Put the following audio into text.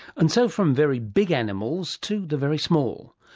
and so from very big animals to the very small.